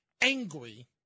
angry